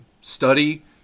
study